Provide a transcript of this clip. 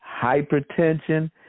hypertension